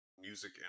music